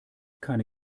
keine